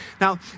Now